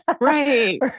Right